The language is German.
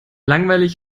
langweilig